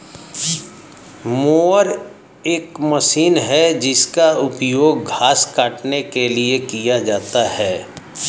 mower एक machine है जिसका उपयोग घास काटने के लिए किया जाता है